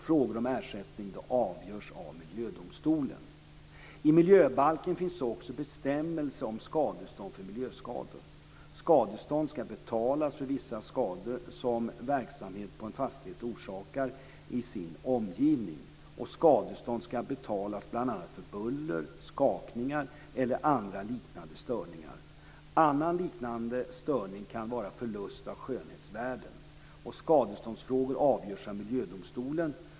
Frågor om ersättning avgörs av I miljöbalken finns också bestämmelser om skadestånd för miljöskador. Annan liknande störning kan vara förlust av skönhetsvärden. Skadeståndsfrågor avgörs av Miljödomstolen .